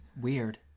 Weird